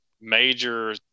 major